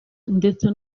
ndetse